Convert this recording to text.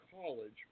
College